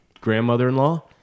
grandmother-in-law